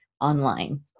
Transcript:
online